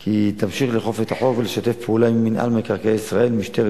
כי היא תמשיך לאכוף את החוק ולשתף פעולה עם מינהל מקרקעי ישראל ועם משטרת